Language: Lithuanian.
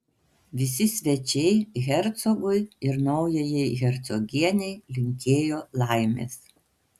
visi svečiai hercogui ir naujajai hercogienei linkėjo laimės